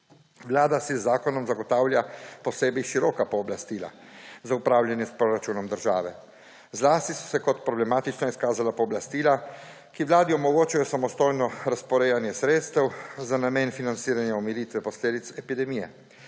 Vlada si z zakonom zagotavlja posebej široka pooblastila za upravljanje s proračunom države. Zlasti so se kot problematična izkazala pooblastila, ki Vladi omogočajo samostojno razporejanje sredstev za namen financiranja omilitve posledic epidemije.